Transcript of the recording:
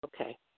Okay